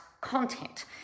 content